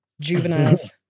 juveniles